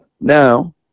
now